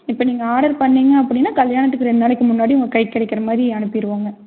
இப்போ நீங்கள் ஆடர் பண்ணிங்க அப்படின்னா கல்யாணத்துக்கு ரெண்டு நாளைக்கு முன்னாடி உங்கள் கைக்கு கிடைக்கிற மாதிரி அனுப்பிடுவோங்க